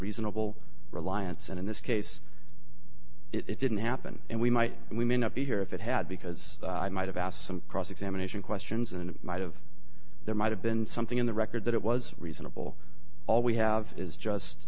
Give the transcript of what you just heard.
reasonable reliance and in this case it didn't happen and we might we may not be here if it had because i might have asked some cross examination questions and might have there might have been something in the record that it was reasonable all we have is just